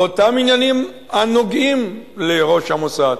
באותם עניינים הנוגעים לראש המוסד.